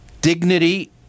dignity